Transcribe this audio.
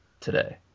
today